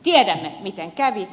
tiedämme miten kävi